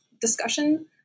discussion